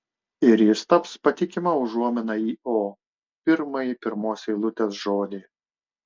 ir jis taps patikima užuomina į o pirmąjį pirmos eilutės žodį